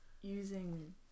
using